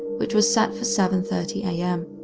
which was set for seven thirty am.